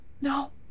No